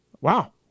wow